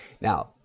Now